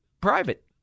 private